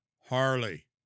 Harley